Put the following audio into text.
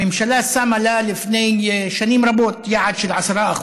הממשלה שמה לה לפני שנים רבות יעד של 10%,